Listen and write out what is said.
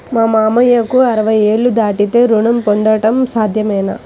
మామయ్యకు అరవై ఏళ్లు దాటితే రుణం పొందడం సాధ్యమేనా?